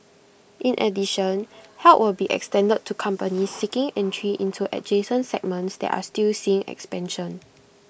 in addition help will be extended to companies seeking entry into adjacent segments that are still seeing expansion